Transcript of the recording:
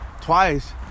twice